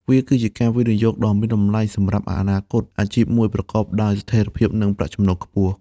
វាគឺជាការវិនិយោគដ៏មានតម្លៃសម្រាប់អនាគតអាជីពមួយប្រកបដោយស្ថិរភាពនិងប្រាក់ចំណូលខ្ពស់។